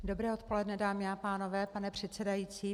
Dobré odpoledne, dámy a pánové, pane předsedající.